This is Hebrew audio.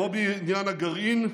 כמו בעניין הגרעין,